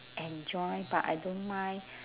enjoy but I don't mind